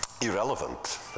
irrelevant